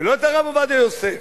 ולא את הרב עובדיה יוסף,